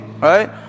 right